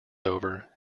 over